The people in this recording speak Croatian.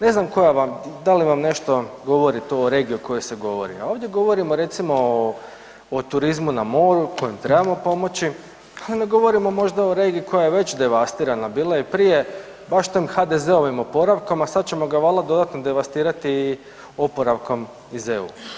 Ne znam koja vam, da li vam nešto govori to o regiji o kojoj se govori, a ovdje govorimo recimo o, o turizmu na moru kojem trebamo pomoći, a ne govorimo možda o regiji koja je već devastirana bila i prije … [[Govornik se ne razumije]] HDZ-ovim oporavkom, a sad ćemo ga valda dodatno devastirati i oporavkom iz EU.